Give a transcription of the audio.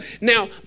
Now